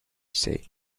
say